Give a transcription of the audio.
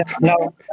no